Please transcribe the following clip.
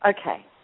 Okay